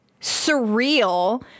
surreal